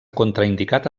contraindicat